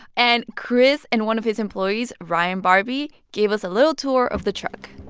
and chris and one of his employees, ryan barbee, gave us a little tour of the truck